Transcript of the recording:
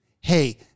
hey